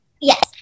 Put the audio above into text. Yes